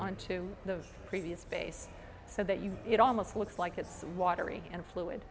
onto the previous space so that you it almost looks like it's watery and fluid